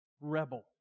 rebel